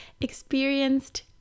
experienced